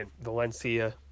Valencia